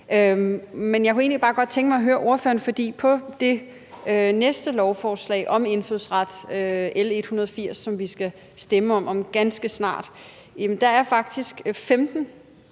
Men jeg kunne bare godt tænke mig at høre ordføreren om noget. For på det næste lovforslag om indfødsret, L 180, som vi skal stemme om ganske snart, er der faktisk 15